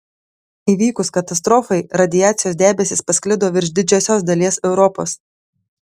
įvykus katastrofai radiacijos debesys pasklido virš didžiosios dalies europos